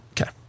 Okay